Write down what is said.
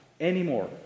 anymore